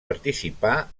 participà